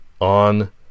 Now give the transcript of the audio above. on